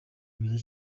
mwiza